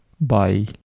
Bye